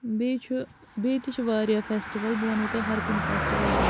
بیٚیہِ چھُ بیٚیہِ تہِ چھِ واریاہ فیٚسٹِوَل بہٕ وَنہو تۄہہِ ہر کُنہِ فیٚسٹِوَلُک